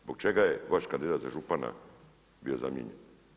Zbog čega je vaš kandidat za župana bio zamijenjen?